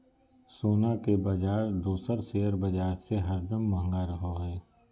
सोना के बाजार दोसर शेयर बाजार से हरदम महंगा रहो हय